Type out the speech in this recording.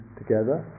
together